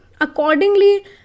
accordingly